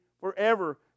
forever